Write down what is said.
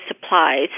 supplies